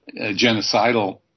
genocidal